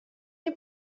nie